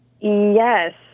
Yes